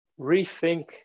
rethink